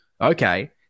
Okay